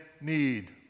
need